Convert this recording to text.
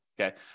Okay